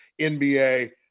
nba